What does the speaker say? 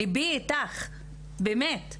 ליבי איתך באמת.